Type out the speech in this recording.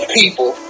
people